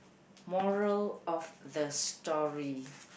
moral of the story